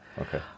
Okay